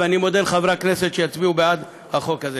ואני מודה לחברי הכנסת שיצביעו בעד החוק הזה.